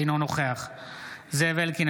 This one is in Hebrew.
אינו נוכח זאב אלקין,